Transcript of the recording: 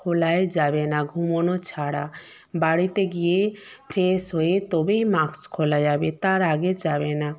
খোলাই যাবে না ঘুমোনো ছাড়া বাড়িতে গিয়ে ফ্রেশ হয়ে তবেই মাস্ক খোলা যাবে তার আগে যাবে না